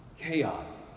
chaos